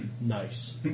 nice